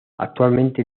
actualmente